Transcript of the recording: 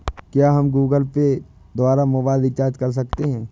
क्या हम Google Pay द्वारा मोबाइल रिचार्ज कर सकते हैं?